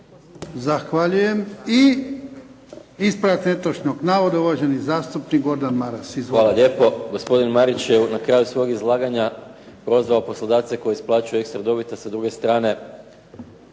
Zahvaljujem. I ispravak netočnog navoda uvaženi zastupnik Gordan Maras. Izvolite. **Maras, Gordan (SDP)** Hvala lijepo. Gospodin Marić je na kraju svog izlaganja prozvao poslodavce koji isplaćuje ekstra dobit, a s druge strane